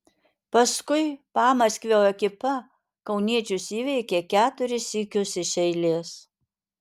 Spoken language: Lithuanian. paskui pamaskvio ekipa kauniečius įveikė keturis sykius iš eilės